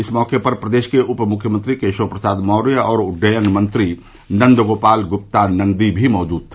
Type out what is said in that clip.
इस मौके पर प्रदेश के उपमुख्यमंत्री केशव प्रसाद मौर्य और उड्डयन मंत्री नन्दगोपाल गुप्ता नन्दी भी मौजूद रहे